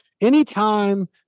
anytime